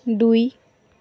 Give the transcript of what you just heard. দুই